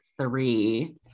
three